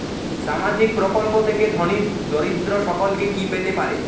সামাজিক প্রকল্প থেকে ধনী দরিদ্র সকলে কি পেতে পারে?